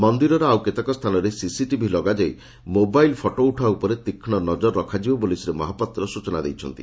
ମନ୍ଦିରର ଆଉ କେତେକ ସ୍ଚାନରେ ସିସିଟିଭି ଲଗାଯାଇ ମୋବାଇଲ୍ ଫଟୋଉଠା ଉପରେ ତୀକ୍ଷ୍ଶ ନଜର ରଖାଯିବ ବୋଲି ଶ୍ରୀ ମହାପାତ୍ର ସ୍ଚନା ଦେଇଛନ୍ତି